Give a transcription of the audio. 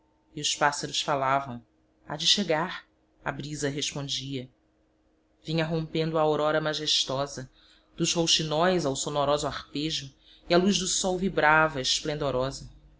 ser e os pássaros falavam há de chegar a brisa respondia vinha rompendo a aurora majestosa dos rouxinóis ao sonoroso arpejo e a luz do sol vibrava esplendorosa